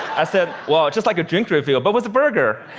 i said, well, it's just like a drink refill but with a burger.